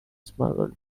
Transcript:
smuggled